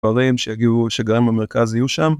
שגרים במרכז יהיו שם